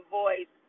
voice